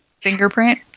fingerprint